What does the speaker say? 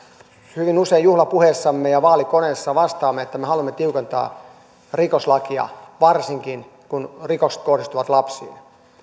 hyvin usein juhlapuheissamme ja vaalikoneissa vastaamme että me haluamme tiukentaa rikoslakia varsinkin kun rikokset kohdistuvat lapsiin